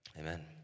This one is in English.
Amen